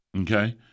okay